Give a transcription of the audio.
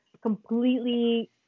Completely